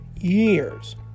years